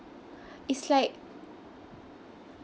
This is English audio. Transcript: it's like